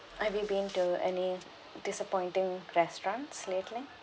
have you been to any disappointing restaurants lately